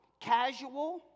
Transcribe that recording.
casual